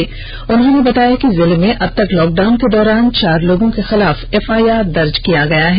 इस मौके पर उन्होंने बताया कि जिले में अब तक लॉकडाउन के दौरान चार लोगों के खिलाफ एफआईआर दर्ज किये गये हैं